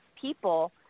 people